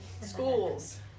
Schools